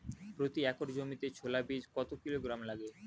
প্রতি একর জমিতে ছোলা বীজ কত কিলোগ্রাম লাগে?